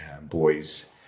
boys